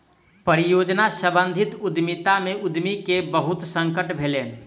परियोजना सम्बंधित उद्यमिता में उद्यमी के बहुत संकट भेलैन